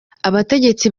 abategetsi